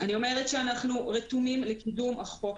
אנחנו רתומים לקידום החוק.